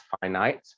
finite